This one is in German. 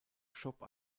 shop